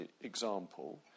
example